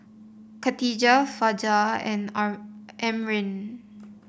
Katijah Fajar and Amrin